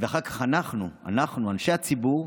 ואחר כך אנחנו, אנשי הציבור,